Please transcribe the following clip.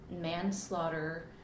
manslaughter